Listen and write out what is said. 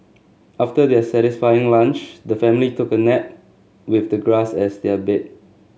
after their satisfying lunch the family took a nap with the grass as their bed